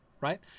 Right